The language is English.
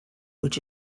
which